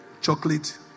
chocolate